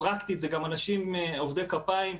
זה גם עובדי כפיים,